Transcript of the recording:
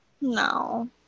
No